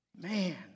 Man